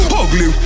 ugly